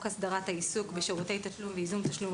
הסדרת העיסוק בשירותי תשלום וייזום תשלום,